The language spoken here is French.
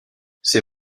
ses